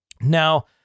Now